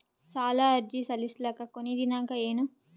ಸಾಲ ಅರ್ಜಿ ಸಲ್ಲಿಸಲಿಕ ಕೊನಿ ದಿನಾಂಕ ಏನು?